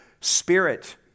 spirit